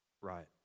right